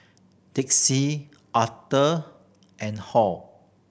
Dixie Arther and Hall